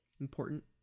important